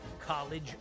college